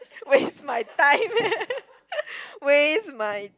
waste my time eh waste my